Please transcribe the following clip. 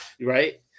right